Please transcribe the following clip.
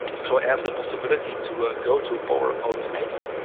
so i have the possibility to ah go to power automate,